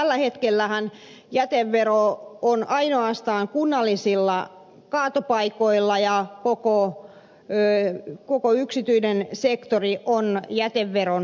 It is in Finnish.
tällä hetkellähän jätevero on ainoastaan kunnallisilla kaatopaikoilla ja koko yksityinen sektori on jäteveron ulkopuolella